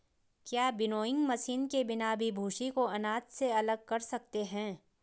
क्या winnowing machine के बिना भी भूसी को अनाज से अलग कर सकते हैं?